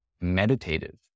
meditative